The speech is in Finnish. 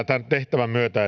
tämän tehtävän myötä